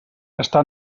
està